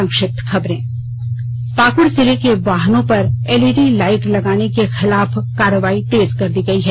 संक्षिप्त खबर पाकुड़ जिले में वाहनों पर एलईडी लाईट लगानेवालों के खिलाफ कार्रवाई तेज कर दी गयी है